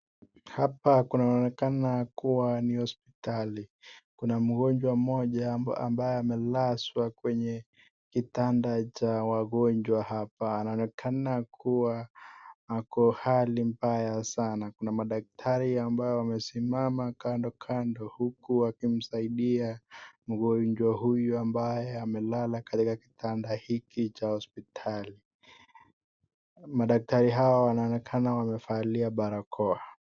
Hapa kunaonekana kuwa ni hospitali, kuna mgonjwa mmoja amabye amelazwa kwenye kitanda cha wagonjwa hapa, anaonekana kuwa ako hali mbaya sana, kuna madaktari ambao wamesimama kandokando, huku wakimsaidia mgonjwa huyu ambaye amelala katika kitanda hiki cha hospitali, madaktari hawa wanaoneka wamevalia barakoa.